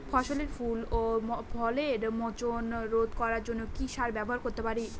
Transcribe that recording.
ফসলের ফুল ও ফলের মোচন রোধ করার জন্য কি সার ব্যবহার করতে পারি?